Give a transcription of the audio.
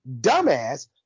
dumbass